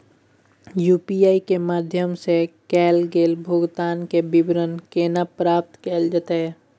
UPI के माध्यम सं कैल गेल भुगतान, के विवरण केना प्राप्त कैल जेतै?